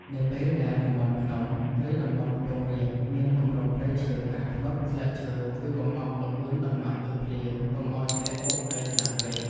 នៅពេលដែលតំបន់ភ្នំ ឬតំបន់ខ្ពង់រាបមានគម្របព្រៃឈើក្រាស់ឃ្មឹក ស្លឹកឈើជួយបង្អង់ល្បឿនតំណក់ទឹកភ្លៀងកុំឱ្យធ្លាក់បុកដីខ្លាំងពេក។